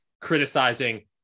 criticizing